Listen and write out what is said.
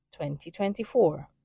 2024